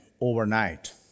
overnight